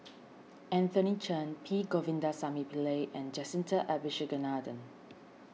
Anthony Chen P Govindasamy Pillai and Jacintha Abisheganaden